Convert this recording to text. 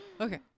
Okay